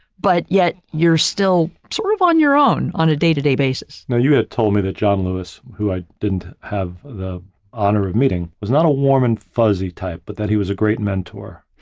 but yet, you're still sort of on your own on a day to day basis. now, you had told me that john lewis, who i didn't have the honor of meeting, was not a warm and fuzzy type, but that he was a great mentor.